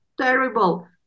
terrible